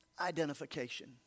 identification